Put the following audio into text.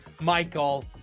michael